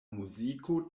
muziko